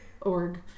org